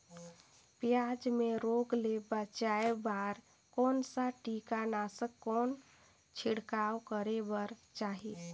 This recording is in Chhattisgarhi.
पियाज मे रोग ले बचाय बार कौन सा कीटनाशक कौन छिड़काव करे बर चाही?